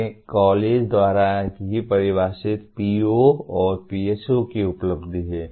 ये कॉलेज द्वारा ही परिभाषित PO और PSO की उपलब्धि हैं